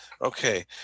Okay